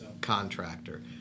contractor